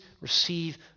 receive